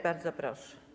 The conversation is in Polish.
Bardzo proszę.